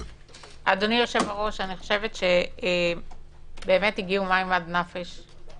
אדוני יושב-הראש, אני חושבת שהגיעו מים עד נפש.